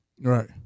Right